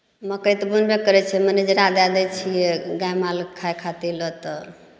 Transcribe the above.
मकइ तऽ बुनबे करै छियै मनेजरा दे दै छियै गाय मालके खाइ खातिर ल त